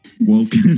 Welcome